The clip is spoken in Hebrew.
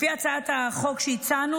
לפי הצעת החוק שהצענו,